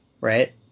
right